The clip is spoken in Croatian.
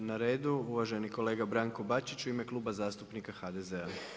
7. na redu uvaženi kolega Branko Bačić u ime Kluba zastupnika HDZ-a.